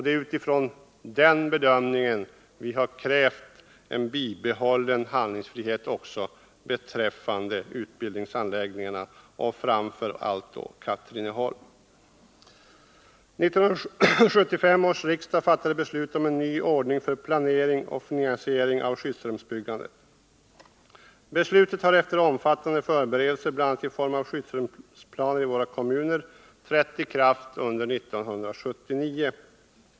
Det är utifrån den bedömningen vi har krävt en bibehållen handlingsfrihet också beträffande utbildningsanläggningarna och framför allt då Katrineholm. 1975 års riksdag fattade beslut om en ny ordning för planering och finansiering av skyddsrumsbyggandet. Beslutet har efter omfattande förberedelser, bl.a. i form av skyddsrumsplaner i våra kommuner, trätt i kraft under 1979.